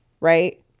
right